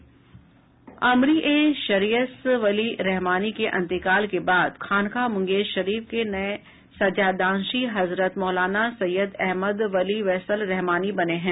अमरी ए शरीयस वली रहमानी के अंतेकाल के बाद खानकाह मुंगेर शरीफ के नए सज्जादानशीं हजरत मौलाना सय्यद अहमद वली फैसल रहमानी बने हैं